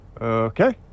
okay